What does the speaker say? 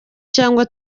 cyangwa